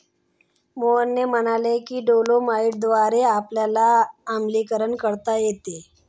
मोहन म्हणाले की डोलोमाईटद्वारे आपल्याला आम्लीकरण करता येते